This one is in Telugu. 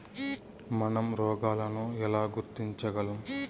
మనం రోగాలను ఎలా గుర్తించగలం?